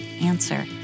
answer